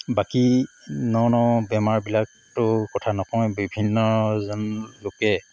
বাকী ন ন বেমাৰবিলাকটো কথা নকওঁৱেই বিভিন্ন জন লোকে